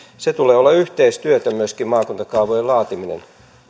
sen tulee olla yhteistyötä myöskin maakuntakaavojen laatimisen